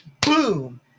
boom